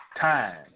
Time